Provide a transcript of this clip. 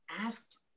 asked